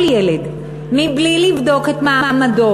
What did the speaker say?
כל ילד, בלי לבדוק את מעמדו